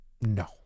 no